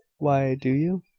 why. do you?